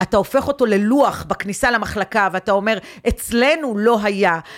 אתה הופך אותו ללוח בכניסה למחלקה, ואתה אומר, אצלנו לא היה.